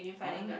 one